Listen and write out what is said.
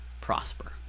prosper